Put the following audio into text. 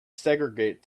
segregate